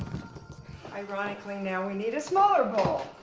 ironically, now we need a smaller bowl.